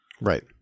Right